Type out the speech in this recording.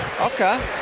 Okay